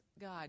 God